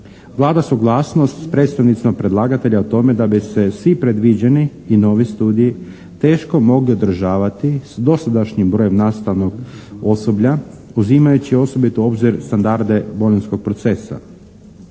Vlada suglasnost s predstavnicima predlagatelja o tome da bi se svi predviđeni i novi studiji teško mogli održavati s dosadašnjim brojem nastavnog osoblja uzimajući osobito u obzir standarde «Bolonjskog» procesa.